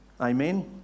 amen